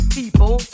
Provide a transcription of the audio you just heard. people